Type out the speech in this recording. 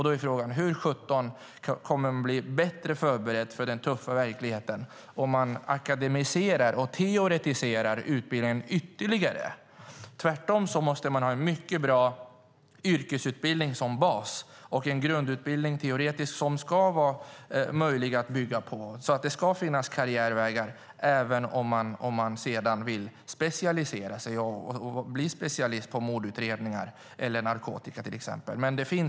Då är frågan: Hur sjutton kommer studenterna att bli bättre förberedda för den tuffa verkligheten om man akademiserar och teoretiserar utbildningen ytterligare? Tvärtom måste man ha en mycket bra yrkesutbildning som bas och en teoretisk grundutbildning som ska vara möjlig att bygga på. Det ska finnas karriärvägar även om man sedan vill specialisera sig och bli specialist på mordutredningar eller narkotika, till exempel.